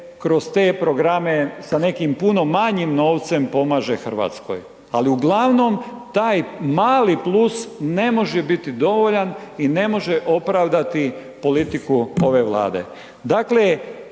kroz te programe sa nekim puno manjim novcem pomaže Hrvatskoj. Ali, uglavnom, taj mali plus ne može biti dovoljan i ne može opravdati politiku ove Vlade.